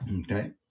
Okay